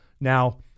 Now